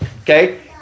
Okay